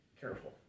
careful